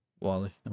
Wally